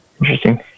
Interesting